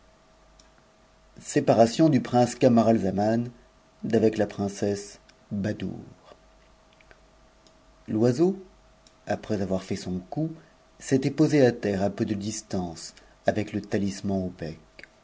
séparation du prince camaralzaman d'avec la princesse badoure l'oiseau après avoir fait son coup s'était posé à terre à peu de stance avec le talisman